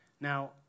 Now